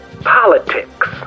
Politics